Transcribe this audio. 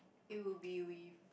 it will be with